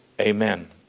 Amen